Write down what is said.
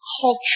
culture